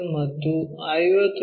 ಮತ್ತು 50 ಮಿ